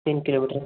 तीन किलोमीटर